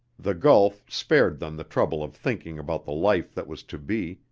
the gulf spared them the trouble of thinking about the life that was to be,